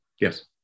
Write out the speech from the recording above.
Yes